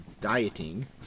dieting